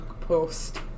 post